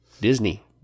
Disney